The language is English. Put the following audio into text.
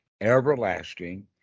everlasting